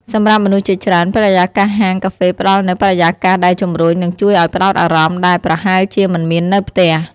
សម្រាប់មនុស្សជាច្រើន បរិយាកាសហាងកាហ្វេផ្តល់នូវ បរិយាកាសដែលជំរុញ និងជួយឱ្យផ្តោតអារម្មណ៍ ដែលប្រហែលជាមិនមាននៅផ្ទះ។